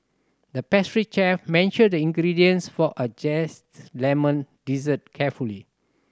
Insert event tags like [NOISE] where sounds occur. the pastry chef measured the ingredients for a [UNINTELLIGIBLE] lemon dessert carefully